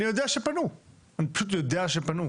אני יודע שפנו, אני פשוט יודע שפנו,